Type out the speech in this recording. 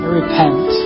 repent